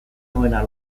nuena